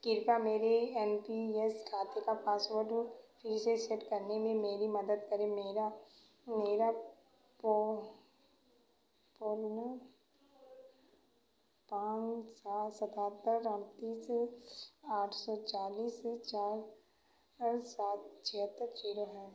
कृपया मेरे N P S खाते का पासवर्ड फिर से सेट करने में मेरी मदद करें मेरा मेरा पोननु पाँच सा सतहत्तर अड़तीस आठ सो चालीस चार और सात छिहत्तर जीरो है